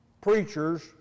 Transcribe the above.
preachers